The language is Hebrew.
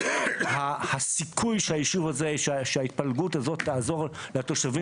הסיכוי שההתפלגות הזו תעזור לתושבי